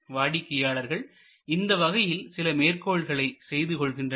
வாடிக்கையாளர்கள் இந்த வகையில் சில மேற்கோள்களை செய்துகொள்கின்றனர்